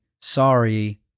sorry